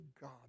God